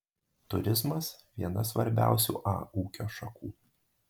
turizmas viena svarbiausių a ūkio šakų